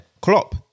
Klopp